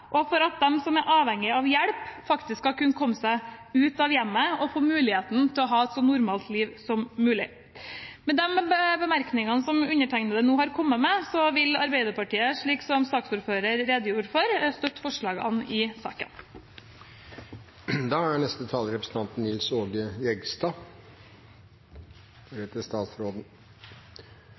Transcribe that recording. og for at de som er avhengig av hjelp, faktisk skal kunne komme seg ut av hjemmet og få mulighet til å kunne ha et så normalt liv som mulig. Med de bemerkningene som undertegnede nå har kommet med, vil Arbeiderpartiet, slik som saksordføreren redegjorde for, støtte komiteens innstilling i saken.